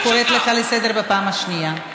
אני קוראת אותך לסדר פעם שנייה.